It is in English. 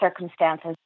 circumstances